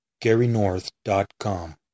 GaryNorth.com